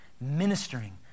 ministering